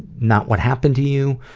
not what happened to you,